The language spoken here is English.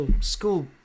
school